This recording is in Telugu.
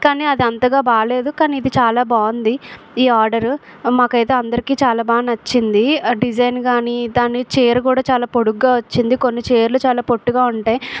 కానీ అది అంతగా బాగలేదు కానీ ఇది చాలా బాగుంది ఈ ఆర్డర్ మాకు అయితే అందరికి చాలా బాగా నచ్చింది డిజైన్ కానీ దాన్ని చీర కూడా చాలా పొడుగుగా వచ్చింది కొన్ని చీరలు చాలా పొట్టిగా ఉంటాయి